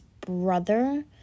brother